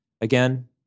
again